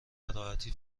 بهراحتی